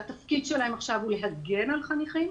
שהתפקיד שלהם עכשיו הוא להגן על חניכים,